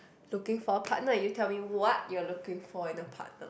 looking for a partner you tell me what you are looking for in a partner